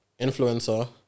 influencer